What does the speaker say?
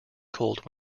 cold